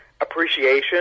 appreciation